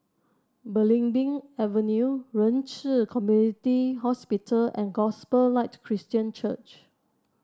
Belimbing Avenue Ren Ci Community Hospital and Gospel Light Christian Church